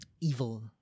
evil